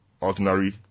ordinary